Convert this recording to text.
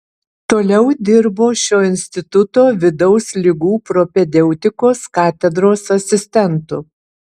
toliau dirbo šio instituto vidaus ligų propedeutikos katedros asistentu